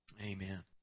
Amen